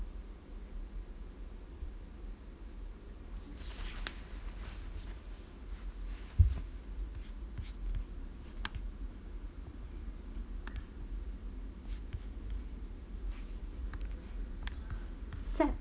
sad